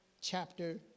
chapter